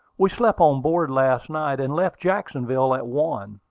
we slept on board last night, and left jacksonville at one.